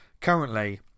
currently